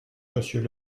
monsieur